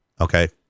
okay